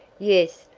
yes,